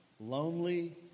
lonely